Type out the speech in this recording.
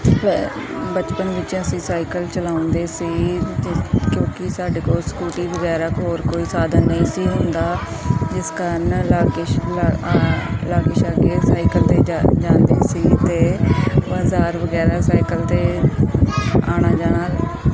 ਬਚਪਨ ਵਿੱਚ ਅਸੀਂ ਸਾਈਕਲ ਚਲਾਉਂਦੇ ਸੀ ਅਤੇ ਕਿਉਂਕਿ ਸਾਡੇ ਕੋਲ ਸਕੂਟੀ ਵਗੈਰਾ ਹੋਰ ਕੋਈ ਸਾਧਨ ਨਹੀਂ ਸੀ ਹੁੰਦਾ ਜਿਸ ਕਾਰਣ ਲਾਗੇ ਸ਼ਾ ਲਾਗੇ ਸ਼ਾਗੇ ਸਾਈਕਲ 'ਤੇ ਜਾ ਜਾਂਦੇ ਸੀ ਅਤੇ ਬਾਜ਼ਾਰ ਵਗੈਰਾ ਸਾਈਕਲ 'ਤੇ ਆਉਣਾ ਜਾਣਾ